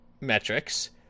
metrics